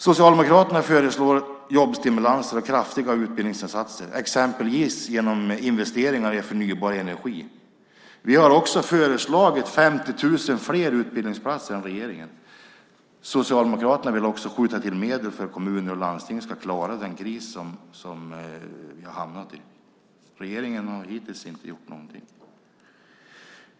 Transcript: Socialdemokraterna föreslår jobbstimulanser och kraftiga utbildningsinsatser, exempelvis genom investeringar i förnybar energi. Vi har också föreslagit 50 000 fler utbildningsplatser än regeringen. Socialdemokraterna vill också skjuta till medel för att kommuner och landsting ska klara den kris som vi har hamnat i. Regeringen har hittills inte gjort någonting.